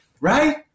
Right